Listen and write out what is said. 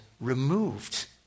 removed